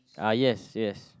ah yes yes